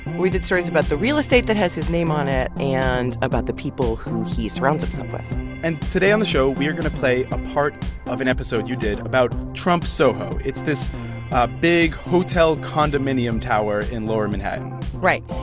we did stories about the real estate that has his name on it and about the people who he surrounds himself with and today on the show, we are going to play a part of an episode you did about trump soho. it's this big hotel condominium tower in lower manhattan right.